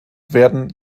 werden